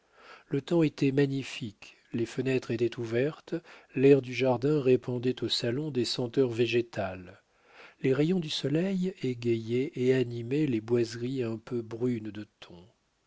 le temps était magnifique les fenêtres étaient ouvertes l'air du jardin répandait au salon des senteurs végétales les rayons du soleil égayaient et animaient les boiseries un peu brunes de ton